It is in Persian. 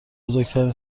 بزرگترین